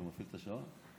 אתה מפעיל את השעון?